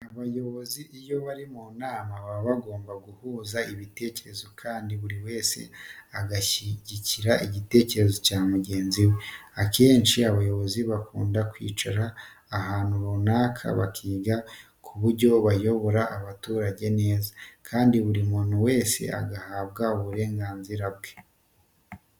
Abayobozi iyo bari mu nama baba bagomba guhuza ibitekerezo kandi buri wese agashyigikira igitekerezo cya mugenzi we. Akenshi abayobozi bakunda kwicara ahantu runaka bakiga ku buryo bayobora abaturage neza, kandi buri muntu wese agahabwa uburenganzira bwe.